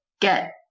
get